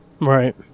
right